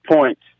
points